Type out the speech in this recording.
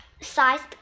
sized